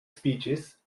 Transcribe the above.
speeches